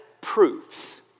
proofs